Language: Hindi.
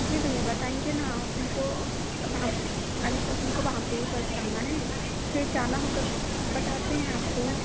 जी भैया बताएंगे न अभी तो अब हम अभी तो अपन को वहां पर ही जाना है फिर जाना होगा तो बताते हैं आपको